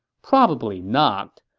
probably not.